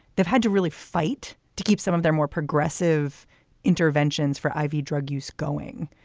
they've had to really fight to keep some of their more progressive interventions for i v. drug use going.